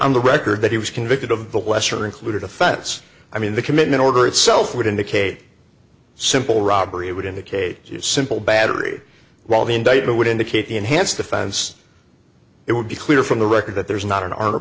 on the record that he was convicted of the lesser included offense i mean the commitment order itself would indicate simple robbery it would indicate a simple battery while the indictment would indicate enhanced offense it would be clear from the record that there is not an